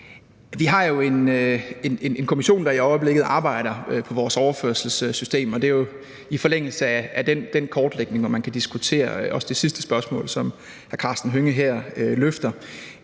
Vi har jo en kommission, der i øjeblikket arbejder på vores overførselssystem, og det er i forlængelse af den kortlægning, at man kan diskutere også det sidste spørgsmål, som hr. Karsten Hønge rejser her.